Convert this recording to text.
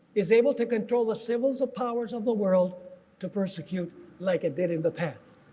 is able to control the symbols of powers of the world to persecute like it did in the past.